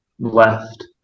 left